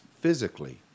physically